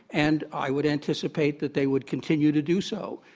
and i would anticipate that they would continue to do so.